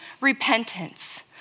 repentance